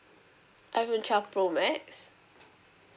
iPhone twelve pro max